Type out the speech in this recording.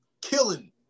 killing